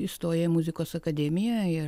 įstoja į muzikos akademiją ir